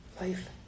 life